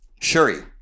Shuri